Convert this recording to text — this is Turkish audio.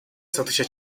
satışa